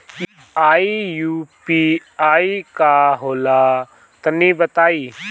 इ यू.पी.आई का होला तनि बताईं?